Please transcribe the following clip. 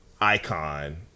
icon